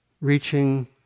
reaching